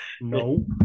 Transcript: No